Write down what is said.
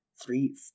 three